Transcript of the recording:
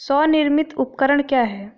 स्वनिर्मित उपकरण क्या है?